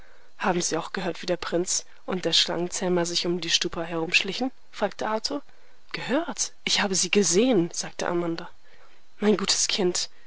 haben sie auch gehört wie der prinz und der schlangenzähmer sich um die stupa herumschlichen fragte arthur gehört ich habe sie gesehen sagte amanda mein gutes kind